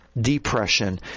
depression